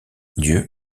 dieu